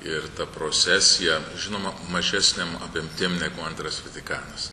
ir ta prosesija žinoma mažesnė apimtim negu antras vatikanas